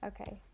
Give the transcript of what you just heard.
okay